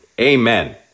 Amen